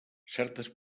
certes